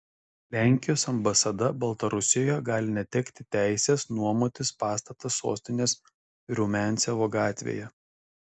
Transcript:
lenkijos ambasada baltarusijoje gali netekti teisės nuomotis pastatą sostinės rumiancevo gatvėje